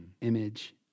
image